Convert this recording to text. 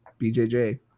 BJJ